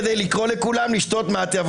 כדי לקרוא לכולם לשתות מאטה,